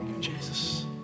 Jesus